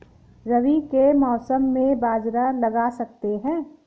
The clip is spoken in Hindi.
रवि के मौसम में बाजरा लगा सकते हैं?